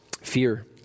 Fear